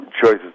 choices